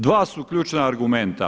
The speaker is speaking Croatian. Dva su ključna argumenta.